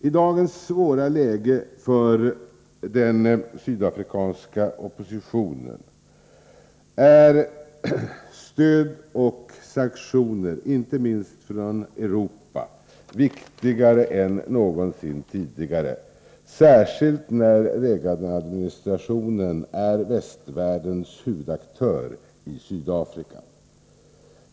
I dagens svåra läge för den sydafrikanska oppositionen är stöd och sanktioner, inte minst från Europa, viktigare än någonsin tidigare, särskilt när Reaganadministrationen är västvärldens huvudaktör i Sydafrika.